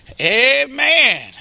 Amen